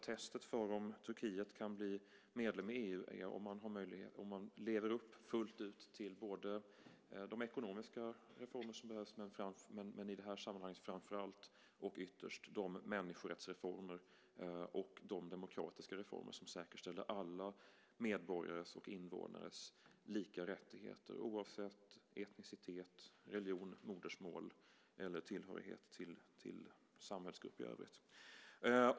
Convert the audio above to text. Testet för om Turkiet kan bli medlem i EU är om landet lever upp fullt ut till både de ekonomiska reformer som behövs samt i det här sammanhanget framför allt och ytterst de människorättsreformer och de demokratiska reformer som säkerställer alla medborgares och invånares lika rättigheter oavsett etnicitet, religion, modersmål eller tillhörighet till samhällsgrupp i övrigt.